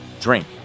Drink